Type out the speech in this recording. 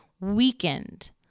weakened